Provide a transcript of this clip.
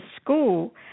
school